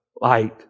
light